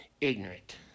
ignorant